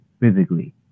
physically